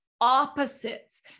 opposites